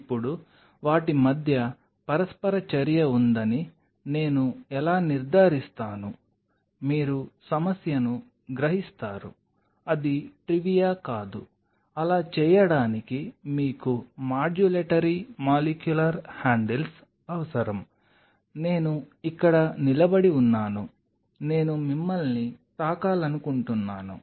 ఇప్పుడు వాటి మధ్య పరస్పర చర్య ఉందని నేను ఎలా నిర్ధారిస్తాను మీరు సమస్యను గ్రహిస్తారు అది ట్రివియా కాదు అలా చేయడానికి మీకు మాడ్యులేటరీ మాలిక్యులర్ హ్యాండిల్స్ అవసరం నేను ఇక్కడ నిలబడి ఉన్నాను నేను మిమ్మల్ని తాకాలనుకుంటున్నాను